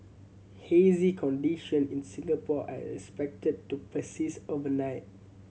hazy condition in Singapore are expected to persist overnight